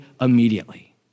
immediately